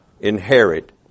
inherit